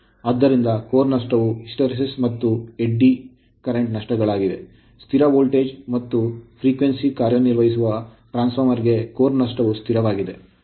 ಆದ್ದರಿಂದ ಕೋರ್ ನಷ್ಟವು ಹಿಸ್ಟರೆಸಿಸ್ ಮತ್ತು ಎಡ್ಡಿ ಪ್ರಸ್ತುತ ನಷ್ಟಗಳಾಗಿವೆ ಸ್ಥಿರ ವೋಲ್ಟೇಜ್ ಮತ್ತು ಆವರ್ತನದಲ್ಲಿ ಕಾರ್ಯನಿರ್ವಹಿಸುವ ಟ್ರಾನ್ಸ್ ಫಾರ್ಮರ್ ಗೆ ಕೋರ್ ನಷ್ಟವು ಸ್ಥಿರವಾಗಿದೆ